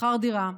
משכר דירה.